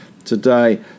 today